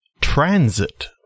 transit